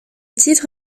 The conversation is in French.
titre